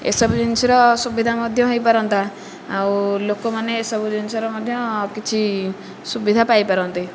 ଏସବୁ ଜିନିଷର ସୁବିଧା ମଧ୍ୟ ହୋଇପାରନ୍ତା ଆଉ ଲୋକମାନେ ଏସବୁ ଜିନିଷର ମଧ୍ୟ କିଛି ସୁବିଧା ପାଇପାରନ୍ତେ